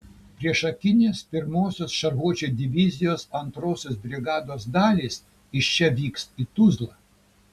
priešakinės pirmosios šarvuočių divizijos antrosios brigados dalys iš čia vyks į tuzlą